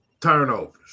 Turnovers